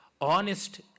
honest